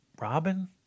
Robin